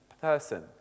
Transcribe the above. person